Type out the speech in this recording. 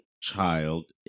child